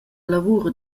lavur